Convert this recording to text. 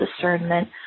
discernment